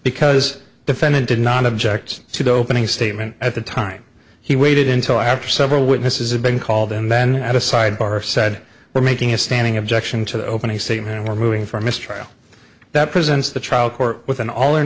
because defendant did not object to the opening statement at the time he waited until after several witnesses had been called and then at a sidebar said we're making a standing objection to the opening statement we're moving for a mistrial that presents the trial court with an all or